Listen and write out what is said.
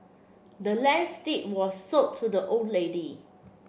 the land's deed was sold to the old lady